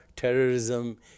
Terrorism